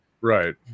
Right